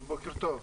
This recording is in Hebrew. בוקר טוב.